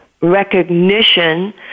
recognition